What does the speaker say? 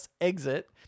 exit